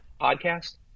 podcast